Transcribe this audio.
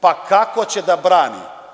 Pa kako će da brani?